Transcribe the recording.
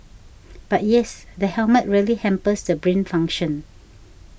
but yes the helmet really hampers the brain function